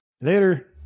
Later